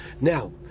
Now